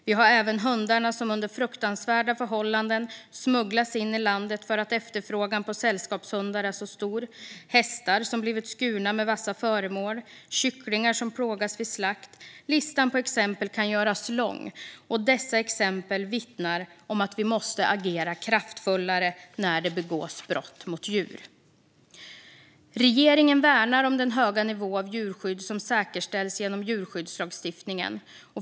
Vi har även de hundar som under fruktansvärda förhållanden smugglas in i landet eftersom efterfrågan på sällskapshundar är så stor, hästar som blivit skurna med vassa föremål och kycklingar som plågas vid slakt. Listan på exempel kan göras lång, och dessa exempel vittnar om att vi måste agera kraftfullare när det begås brott mot djur. Regeringen värnar om den höga nivå av djurskydd som säkerställs genom djurskyddslagstiftningen.